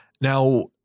Now